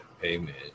payment